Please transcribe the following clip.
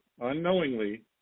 unknowingly